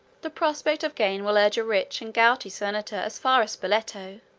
the prospect of gain will urge a rich and gouty senator as far as spoleto